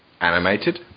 Animated